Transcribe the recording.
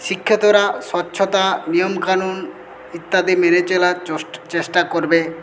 শিক্ষিতরা স্বচ্ছতা নিয়মকানুন ইত্যাদি মেনে চলার চষ্টা চেষ্টা করবে